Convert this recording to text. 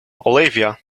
olivia